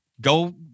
go